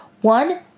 one